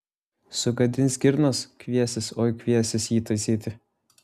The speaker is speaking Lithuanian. sugadins girnas kviesis oi kviesis jį taisyti